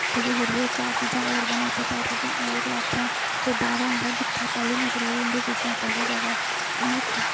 कोई होर कोई दो चार चीजां होर बनाचै चार चीजां होर लाच्चै कोई बाह्रा आवै पैह्ली नज़र ओह्दी इं'दे चीज़ें पर गै जावै उ'नें गी खुशी